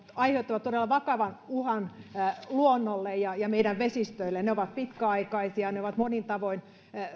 aiheuttavat todella vakavan uhan luonnolle ja ja meidän vesistöillemme ne ovat pitkäaikaisia ne ovat monin tavoin